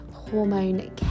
hormone